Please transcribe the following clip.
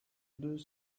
deux